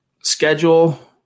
Schedule